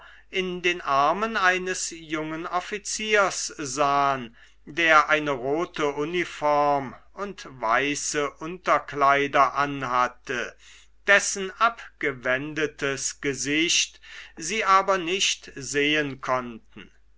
in den armen eines jungen offiziers sahen der eine rote uniform und weiße unterkleider anhatte dessen abgewendetes gesicht sie aber nicht sehen konnten